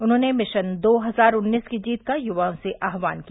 उन्होंने मिशन दो हजार उन्नीस की जीत का युवाओं से आह्वान किया